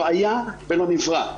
לא היה ולא נברא.